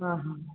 हाँ हाँ